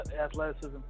athleticism